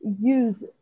use